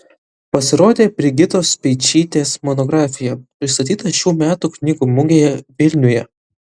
pasirodė brigitos speičytės monografija pristatyta šių metų knygų mugėje vilniuje